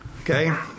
Okay